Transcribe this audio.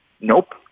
nope